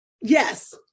Yes